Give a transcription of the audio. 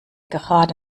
gerade